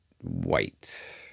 white